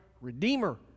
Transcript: redeemer